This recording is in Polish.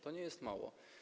To nie jest mało.